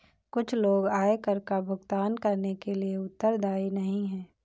कुछ लोग आयकर का भुगतान करने के लिए उत्तरदायी नहीं हैं